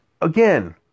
Again